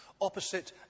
opposite